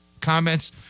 comments